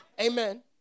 amen